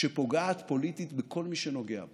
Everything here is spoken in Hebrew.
שפוגעת פוליטית בכל מי שנוגע בה.